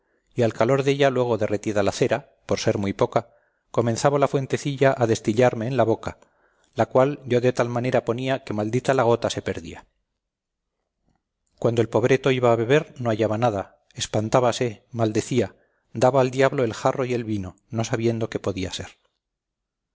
y al calor della luego derretida la cera por ser muy poca comenzaba la fuentecilla a destillarme en la boca la cual yo de tal manera ponía que maldita la gota se perdía cuando el pobreto iba a beber no hallaba nada espantábase maldecía daba al diablo el jarro y el vino no sabiendo qué podía ser